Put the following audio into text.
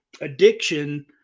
addiction